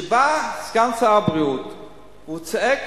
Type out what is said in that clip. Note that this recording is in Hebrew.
שבא סגן שר הבריאות והוא צועק